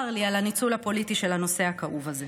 צר לי על הניצול הפוליטי של הנושא הכאוב הזה.